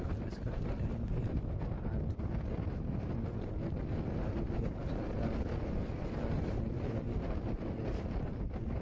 brush करते time भी हमलोग को हाथ धोना मतलब मुँह धोने के लिए पानी की ही आवश्यकता होती है ब्रश धोने के लिए भी पानी की ही आवश्यकता होती है